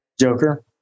Joker